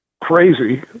crazy